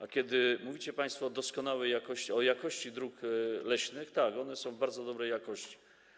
A kiedy mówicie państwo o doskonałej jakości, o jakości dróg leśnych, tak, one są bardzo dobrej jakości.